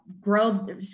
grow